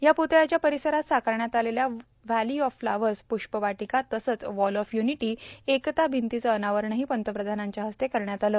या पुतळ्याच्या र्पारसरात साकारण्यात आलेल्या व्हॅलो ऑफ फ्लॉवस पुष्पर्वाटका तसंच वॉल ऑफ र्युनिटी एकता भिंतीचं अनावरणही पंतप्रधानांच्या हस्ते करण्यात आलं